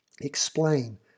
explain